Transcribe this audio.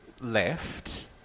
left